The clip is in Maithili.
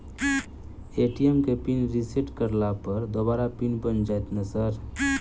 ए.टी.एम केँ पिन रिसेट करला पर दोबारा पिन बन जाइत नै सर?